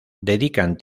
dedican